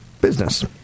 business